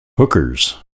Hookers